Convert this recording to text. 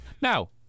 now